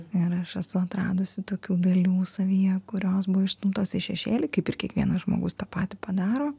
ir aš esu atradusi tokių dalių savyje kurios buvo išstumtos į šešėlį kaip ir kiekvienas žmogus tą patį padaro